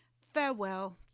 Farewell